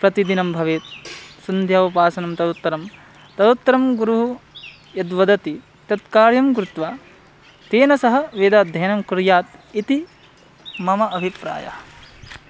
प्रतिदिनं भवेत् सन्ध्या उपासनं तदुत्तरं तदुत्तरं गुरुः यद्वदति तत् कार्यं कृत्वा तेन सह वेदाध्ययनं कुर्यात् इति मम अभिप्रायः